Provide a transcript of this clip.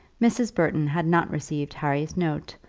mrs. burton had not received harry's note,